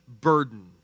burden